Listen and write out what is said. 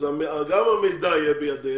גם המידע יהיה בידיהם,